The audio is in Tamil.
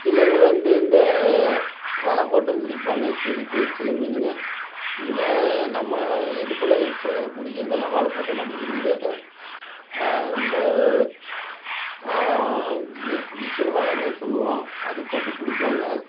சிலர் வந்து இந்த வலை போட்டும் பிடிப்பாங்க சில பேர் சில மீனுங்கள் இங்கே நம்ம இதுக்குள்ளே இப்போ பிடிக்கிறதெல்லாம் வலை போட்டெல்லாம் பிடிக்க முடியாது இந்த வி விசிறி வலைன்னு சொல்லுவோம் அது போட்டுப் பிடிப்பாங்க